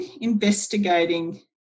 investigating